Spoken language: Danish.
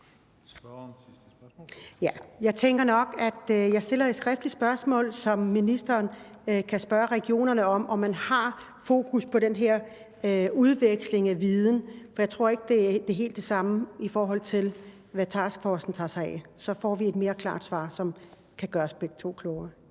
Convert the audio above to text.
Jeg tænker, at jeg nok stiller et skriftligt spørgsmål, så ministeren kan spørge regionerne, om de har fokus på den her udveksling af viden, for jeg tror ikke, at det er helt det samme som det, taskforcen tager sig af. Så får vi et mere klart svar, som kan gøre os begge to klogere.